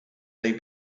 they